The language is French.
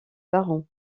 barons